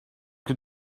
que